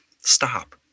stop